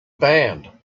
band